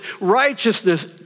righteousness